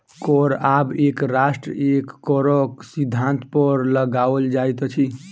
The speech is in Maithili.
कर आब एक राष्ट्र एक करक सिद्धान्त पर लगाओल जाइत अछि